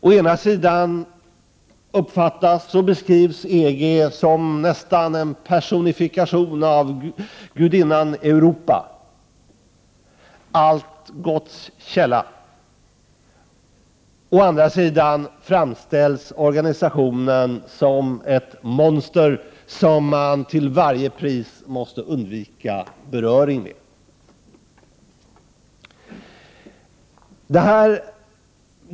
Å ena sidan uppfattas och beskrivs EG som nästan en personifiering av gudinnan Europa, allt gotts källa, å andra sidan framställs organisationen som ett monster som man till varje pris måste undvika beröring med.